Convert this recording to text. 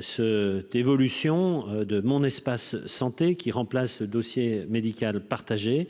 se d'évolution de mon espace santé qui remplace ce dossier médical partagé